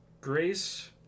Grace